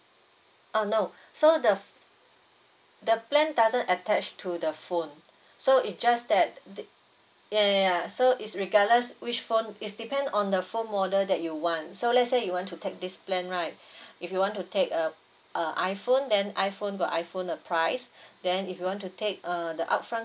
uh no so the ph~ the plan doesn't attach to the phone so it just that the ya ya ya so it's regardless which phone it's depends on the phone model that you want so let's say you want to take this plan right if you want to take a uh iphone then iphone got iphone the price then if you want to take uh the upfront